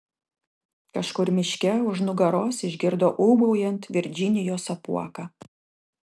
kažkur miške už nugaros išgirdo ūbaujant virdžinijos apuoką